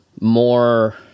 more